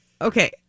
Okay